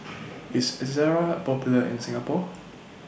IS Ezerra Popular in Singapore